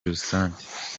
rusange